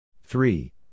Three